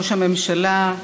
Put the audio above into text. ראש הממשלה,